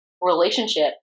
relationship